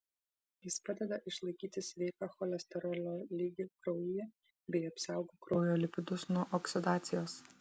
jis padeda išlaikyti sveiką cholesterolio lygį kraujyje bei apsaugo kraujo lipidus nuo oksidacijos